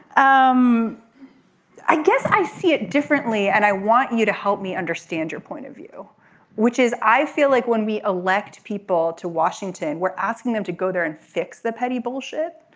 um i guess i see it differently and i want you to help me understand your point of view which is i feel like when we elect people to washington we're asking them to go there and fix the petty bullshit